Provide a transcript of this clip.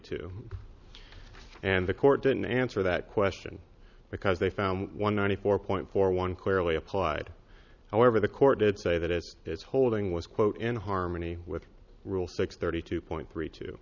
two and the court didn't answer that question because they found one ninety four point four one clearly applied however the court did say that it is holding was quote in harmony with rule six thirty two point three t